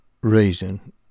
reason